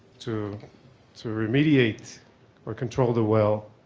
to to remediate or control the well,